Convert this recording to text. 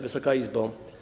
Wysoka Izbo!